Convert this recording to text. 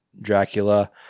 Dracula